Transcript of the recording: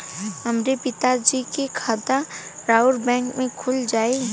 हमरे पिता जी के खाता राउर बैंक में खुल जाई?